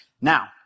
Now